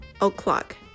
o'clock